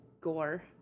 gore